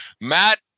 Matt